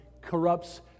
corrupts